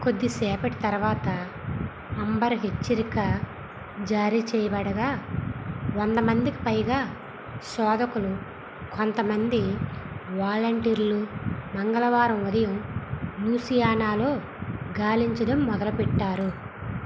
కొద్దిసేపటి తర్వాత అంబర్ హెచ్చరిక జారీ చేయబడగా వంద మందికి పైగా శోధకులు కొంతమంది వాలంటీర్లు మంగళవారం ఉదయం లూసియానాలో గాలించడం మొదలుపెట్టారు